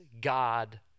God